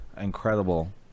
Incredible